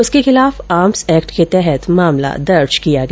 उसके खिलाँफ arms act के तहत मामला दर्ज किया गया